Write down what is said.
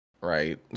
right